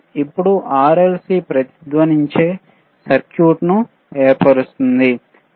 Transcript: ఇప్పుడు RLC ప్రతిధ్వనించే సర్క్యూట్ను ఏర్పరుస్తాయి